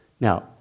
Now